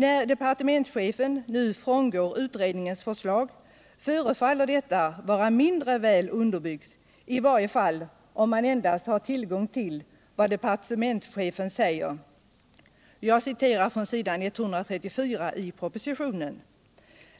När departementschefen nu frångår utredningens förslag förefaller detta vara mindre väl underbyggt, i varje fall om man endast har tillgång till vad departementschefen säger. Jag citerar från s. 134 i propositionen: